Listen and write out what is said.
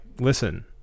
listen